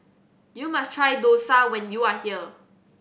you must try dosa when you are here